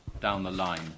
down-the-line